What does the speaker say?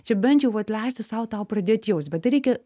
čia bent jau vat leisti sau tau pradėt jaust bet tai reikia